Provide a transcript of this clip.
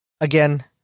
Again